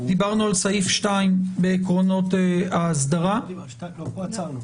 דיברנו על סעיף 2 בעקרונות האסדרה -- פה עצרנו.